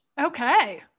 okay